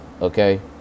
Okay